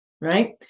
right